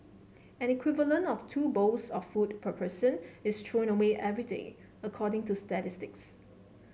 an equivalent of two bowls of food per person is thrown away every day according to statistics